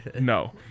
No